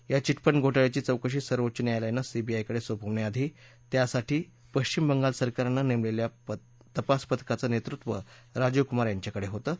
या चिटफंड घोटाळ्याची चौकशी सर्वोच्च न्यायालयानं सीबीआयकडे सोपवण्याआधी त्यासाठी पश्चिम बंगाल सरकारनं नेमलेल्या तपासपथकाचं नेतृत्व राजीव कुमार यांच्याकडे होतं